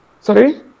Sorry